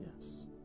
Yes